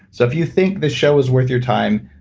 so if you think the show was worth your time,